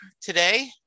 today